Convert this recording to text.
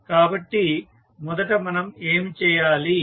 కాబట్టి మొదట మనం ఏమి చేయాలి